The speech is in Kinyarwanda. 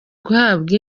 guhabwa